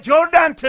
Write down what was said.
Jordan